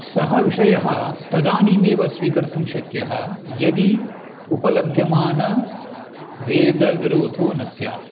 सः विषयः तदानीमेव स्वीकर्तुं शक्यः यदी उपलभ्यमानः वेदविरोधो न स्यात्